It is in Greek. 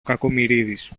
κακομοιρίδης